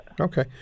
Okay